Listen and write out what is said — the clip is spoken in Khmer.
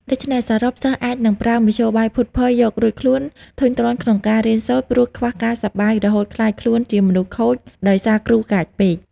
ដូច្នេះ សរុបសិស្សអាចនឹងប្រើមធ្យោបាយភូតភរ យករួចខ្លួន ធុញទ្រាន់ក្នុងការរៀនសូត្រ ព្រោះខ្វះការសប្បាយ រហូតក្លាយខ្លួនជាមនុស្សខូច ដោយសារគ្រូកាចពេក ។